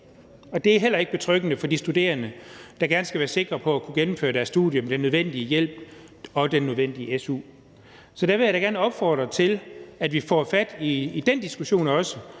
Og det er heller ikke betryggende for de studerende, der gerne skal være sikre på at kunne gennemføre deres studie med den nødvendige hjælp og den nødvendige su. Så der vil jeg da gerne opfordre til, at vi får taget fat på den diskussion også